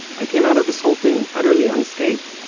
i came out of this whole thing utterly unscathed.